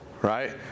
right